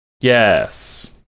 Yes